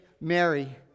Mary